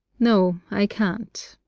no, i can't.